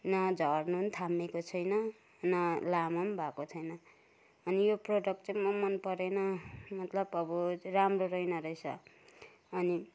न झर्नु पनि थामिएको छैन न लामो पनि भएको छैन अनि यो प्रडक्ट चाहिँ म मनपरेन मतलब अब राम्रो रहेन रहेछ अनि